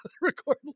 record